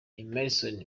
emmerson